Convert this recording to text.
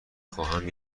خواهم